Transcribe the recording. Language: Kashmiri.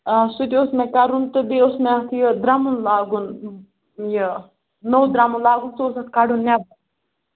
آ سُہ تہِ اوس مےٚ کَرُن تہٕ بیٚیہِ اوس مےٚ اَتھ یہِ درمُن لاگُن یہِ نوٚو درمُن لاگُن سُہ اوس اَتھ کَڈُن نیٚبر